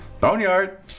Boneyard